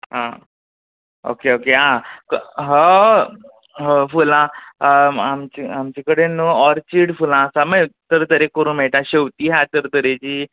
आं okay okay आ क ह ह फुलां आमच आमचे कडेन न्हू ऑर्चीड फुलां आसा माय तरे तरे करूं मेळटा शेंवतीं हा तर तरेचीं